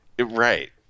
Right